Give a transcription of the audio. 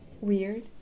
weird